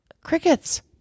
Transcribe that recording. crickets